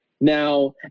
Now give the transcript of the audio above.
now